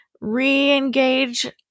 re-engage